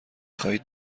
خواهید